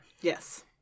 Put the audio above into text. Yes